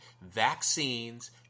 vaccines